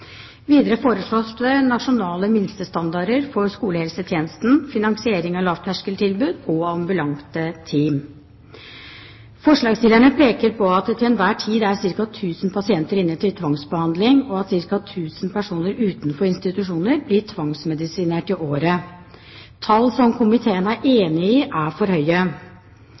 Videre foreslås det nasjonale minstestandarder for skolehelsetjenesten, finansiering av lavterskeltilbud og ambulante team. Forslagsstillerne peker på at det til enhver tid er ca. 1 000 pasienter inne til tvangsbehandling, og at ca. 1 000 personer utenfor institusjoner blir tvangsmedisinert i året. Dette er tall som komiteen er enig i er for høye.